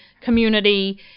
community